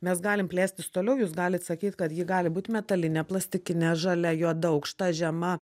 mes galim plėstis toliau jūs galit sakyt kad ji gali būt metalinė plastikinė žalia juoda aukšta žema